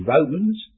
Romans